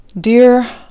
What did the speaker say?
Dear